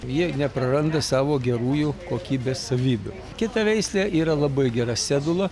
ji nepraranda savo gerųjų kokybės savybių kita veislė yra labai gera sedula